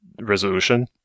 resolution